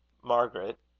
margaret,